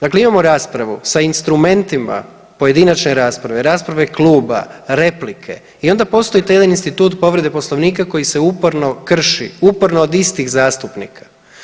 Dakle imamo raspravu sa instrumentima pojedinačne rasprave, rasprave kluba, replike i onda postoji taj jedan institut povrede Poslovnika koji se uporno krši, uporno od istih zastupnika.